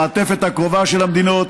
המעטפת הקרובה של המדינות